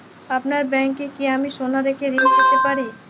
আপনার ব্যাংকে কি আমি সোনা রেখে ঋণ পেতে পারি?